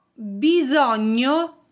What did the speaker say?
bisogno